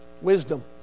wisdom